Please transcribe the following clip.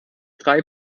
drei